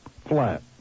Flat